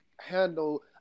Handle